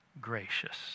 gracious